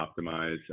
optimize